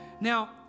now